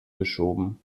geschoben